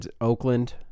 Oakland